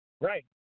Right